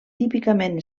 típicament